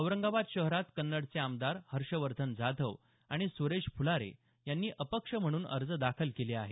औरंगाबाद शहरात कन्नडचे आमदार हर्षवर्धन जाधव आणि सुरेश फुलारे यांनी अपक्ष म्हणून अर्ज दाखल केले आहेत